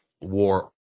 war